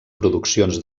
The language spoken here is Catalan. produccions